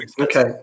Okay